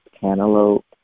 cantaloupe